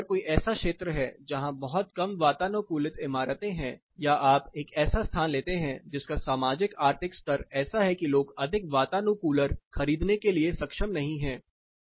जबकि अगर कोई ऐसा क्षेत्र है जहां बहुत कम वातानुकूलित इमारतें हैं या आप एक ऐसा स्थान लेते हैं जिसका सामाजिक आर्थिक स्तर ऐसा है कि लोग अधिक वातानुकूलर खरीदने के लिए सक्षम नहीं हैं